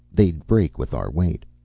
they'd break with our weight.